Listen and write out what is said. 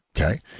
Okay